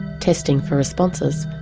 testing for responses.